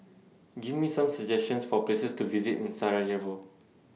Give Me Some suggestions For Places to visit in Sarajevo